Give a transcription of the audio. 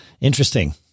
Interesting